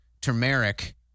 turmeric